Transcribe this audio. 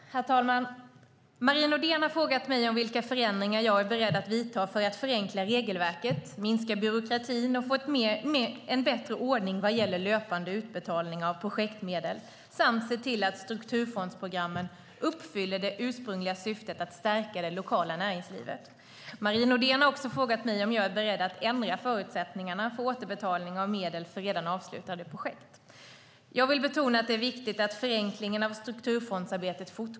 Herr talman! Marie Nordén har frågat mig om vilka förändringar jag är beredd att vidta för att förenkla regelverket, minska byråkratin och få en bättre ordning vad gäller löpande utbetalningar av projektmedel samt se till att strukturfondsprogrammen uppfyller det ursprungliga syftet att stärka det lokala näringslivet. Marie Nordén har också frågat mig om jag är beredd att ändra förutsättningarna för återbetalning av medel för redan avslutade projekt. Jag vill betona att det är viktigt att förenklingen av strukturfondsarbetet fortgår.